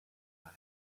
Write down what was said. mine